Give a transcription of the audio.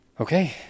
Okay